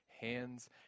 hands